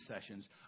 sessions